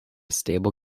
stable